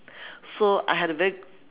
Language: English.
so I had a very